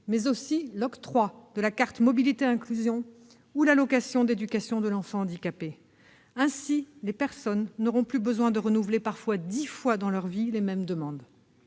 mais aussi l'octroi de la carte mobilité inclusion ou l'allocation d'éducation de l'enfant handicapé. Ainsi, les personnes n'auront plus besoin de renouveler, parfois dix fois dans leur vie, les mêmes demandes.